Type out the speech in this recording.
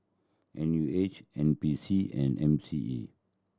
N U H N P C and M C E